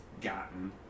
gotten